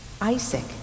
Isaac